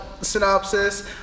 Synopsis